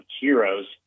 heroes